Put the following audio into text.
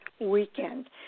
weekend